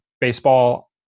baseball